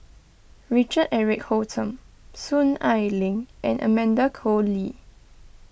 Richard Eric Holttum Soon Ai Ling and Amanda Koe Lee